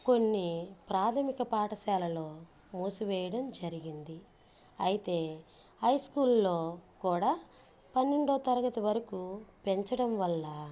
కొన్ని ప్రాథమిక పాఠశాలలో మూసి వేయడం జరిగింది అయితే హై స్కూల్లో కూడా పన్నెండో తరగతి వరుకు పెంచడం వల్ల